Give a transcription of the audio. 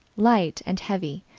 light and heavy,